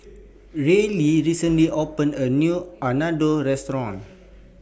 Reilly recently opened A New Unadon Restaurant